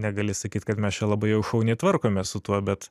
negali sakyt kad mes čia labai jau šauniai tvarkomės su tuo bet